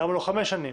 למה לא חמש שנים?